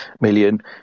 million